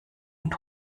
und